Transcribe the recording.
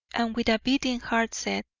and with a beating heart said